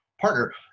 partner